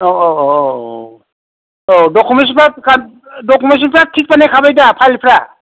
औ औ औ औ डकुमेन्टसफ्रा डकुमेन्टसफ्रा थिख बानायखाबाय दा फाइलफ्रा